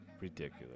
ridiculous